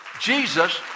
Jesus